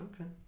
okay